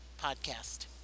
podcast